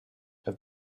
have